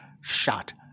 shot